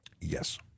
Yes